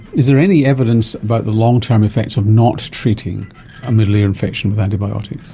is there any evidence about the long-term effects of not treating a middle ear infection with antibiotics?